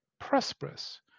prosperous